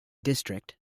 district